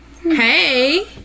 Hey